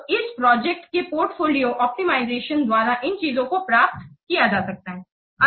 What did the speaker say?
तो इस प्रोजेक्ट के पोर्टफोलियो ऑप्टिमाइजेशन द्वारा इन चीजों को प्राप्त किया जा सकता है